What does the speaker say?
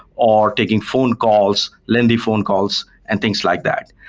or taking phone calls, lend the phone calls and things like that?